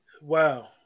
Wow